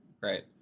right